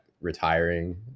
retiring